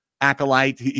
acolyte